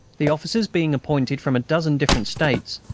the officers, being appointed from a dozen different states,